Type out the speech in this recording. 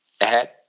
ahead